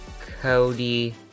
Cody